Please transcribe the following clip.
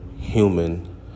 human